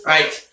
Right